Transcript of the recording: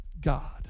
God